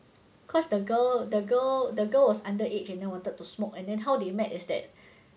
cause the girl the girl the girl was under age and then wanted to smoke and then how they met is that